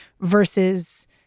versus